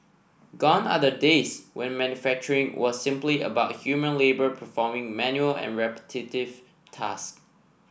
gone are the days when manufacturing was simply about human labour performing menial and repetitive tasks